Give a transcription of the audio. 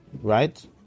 right